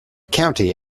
county